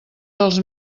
dels